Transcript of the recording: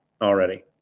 already